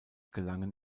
gelangen